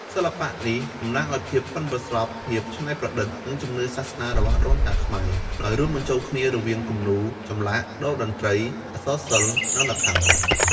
សិល្បៈនេះតំណាងឲ្យភាពប៉ិនប្រសប់ ភាពច្នៃប្រឌិត និងជំនឿសាសនារបស់ដូនតាខ្មែរ ដោយរួមបញ្ចូលគ្នារវាងគំនូរ ចម្លាក់ តូរ្យតន្ត្រី អក្សរសិល្ប៍ និងល្ខោន។